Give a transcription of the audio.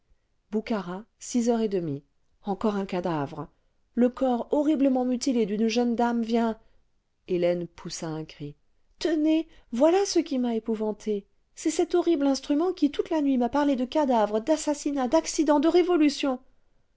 boukhara heures et demie encore un cadavre le corps horriblement mutilé d'une jeune dame vient hélène poussa un cri tenez voilà ce qui m'a épouvantée c'est cet horrible instrument qui toute la nuit m'a parlé de cadavres d'assassinats d'accidents de révolutions